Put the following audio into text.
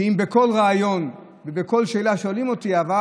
שאם בכל ריאיון ובכל שאלה שואלים אותי: אבל